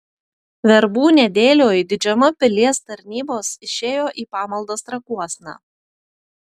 verbų nedėlioj didžiuma pilies tarnybos išėjo į pamaldas trakuosna